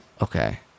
Okay